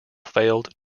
failed